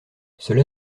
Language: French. cela